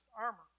armor